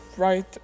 right